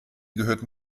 gehörte